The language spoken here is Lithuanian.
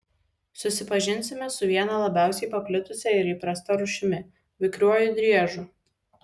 susipažinsime su viena labiausiai paplitusia ir įprasta rūšimi vikriuoju driežu